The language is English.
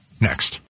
Next